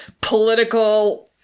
political